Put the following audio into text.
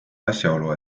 asjaolu